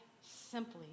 simply